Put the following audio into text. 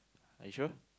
you sure